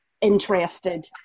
interested